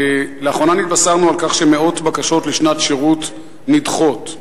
לאחרונה נתבשרנו שמאות בקשות לשנת שירות נדחות.